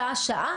שעה-שעה,